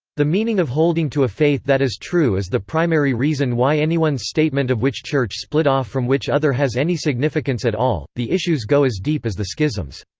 the meaning of holding to a faith that is true is the primary reason why anyone's statement of which church split off from which other has any significance at all the issues go as deep as the schisms.